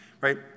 right